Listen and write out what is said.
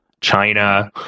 China